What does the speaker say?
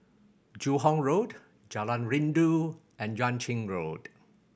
Joo Hong Road Jalan Rindu and Yuan Ching Road